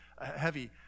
heavy